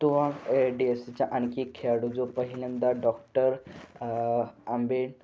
तोआंग A D F सीच्या आणखी एक खेळाडू जो पहिल्यांदा डॉक्टर आंबेड